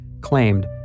claimed